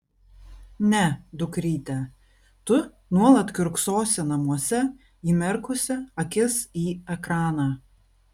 ne dukryte tu nuolat kiurksosi namuose įmerkusi akis į ekraną